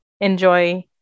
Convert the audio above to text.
enjoy